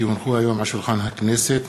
כי הונחו היום על שולחן הכנסת,